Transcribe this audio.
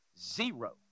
Zero